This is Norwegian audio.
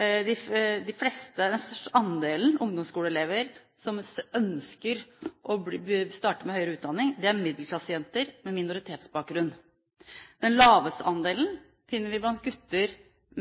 Den største andelen ungdomsskoleelever som ønsker å starte med høyere utdanning, er middelklassejenter med minoritetsbakgrunn. Den laveste andelen finner vi blant gutter